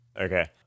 Okay